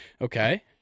Okay